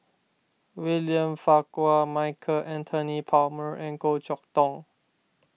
William Farquhar Michael Anthony Palmer and Goh Chok Tong